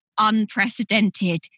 unprecedented